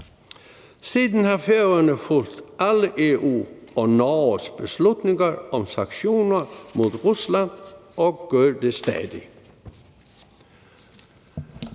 Siden har Færøerne fulgt alle EU's og Norges beslutninger om sanktioner mod Rusland og gør det stadig.